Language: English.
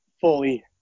fully